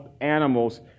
animals